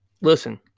listen